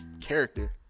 character